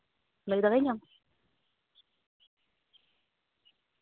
ᱞᱟᱹᱭ ᱫᱟᱲᱮᱣᱟᱹᱧᱟᱹᱢ